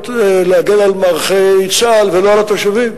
להגן על מערכי צה"ל ולא על התושבים.